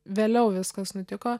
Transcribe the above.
vėliau viskas nutiko